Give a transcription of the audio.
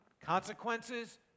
Consequences